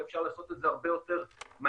כי אפשר לעשות את זה הרבה יותר מהר.